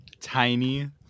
tiny